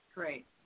Great